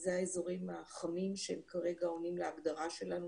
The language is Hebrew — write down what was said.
זה האזורים ה"חמים" שכרגע עונים להגדרה שלנו,